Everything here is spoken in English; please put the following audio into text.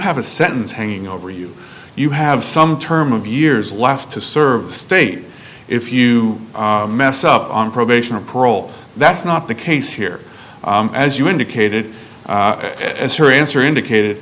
have a sentence hanging over you you have some term of years left to serve the state if you mess up on probation or parole that's not the case here as you indicated as her answer indicated